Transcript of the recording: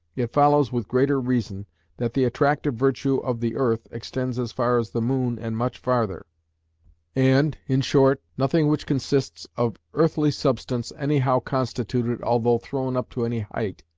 it follows with greater reason that the attractive virtue of the earth extends as far as the moon and much farther and, in short, nothing which consists of earthly substance anyhow constituted although thrown up to any height,